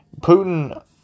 Putin